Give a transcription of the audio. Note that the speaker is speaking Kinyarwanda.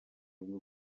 bwo